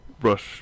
brush